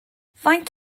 faint